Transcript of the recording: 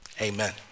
Amen